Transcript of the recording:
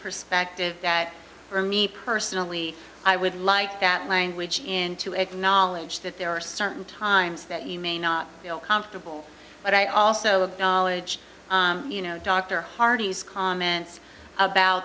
perspective that for me personally i would like that language in to acknowledge that there are certain times that you may not feel comfortable but i also have knowledge you know dr hardy's comments about